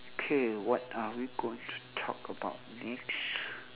okay what are we going to talk about next